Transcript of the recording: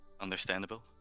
Understandable